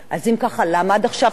אז אם כך למה עד עכשיו שתקת?